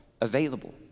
available